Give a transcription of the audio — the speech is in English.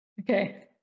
Okay